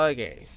Okay